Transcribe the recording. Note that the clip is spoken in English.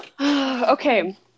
okay